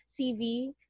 CV